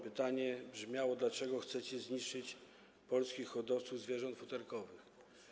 Pytanie brzmiało: Dlaczego chcecie zniszczyć polskich hodowców zwierząt futerkowych?